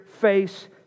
face